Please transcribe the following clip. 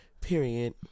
Period